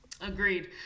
Agreed